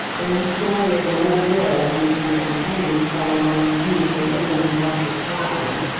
there is a story of an old hero who with his companions fell among beautiful women and luscious wine,